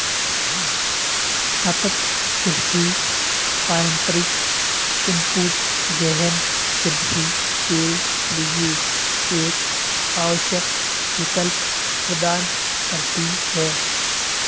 सतत कृषि पारंपरिक इनपुट गहन कृषि के लिए एक आवश्यक विकल्प प्रदान करती है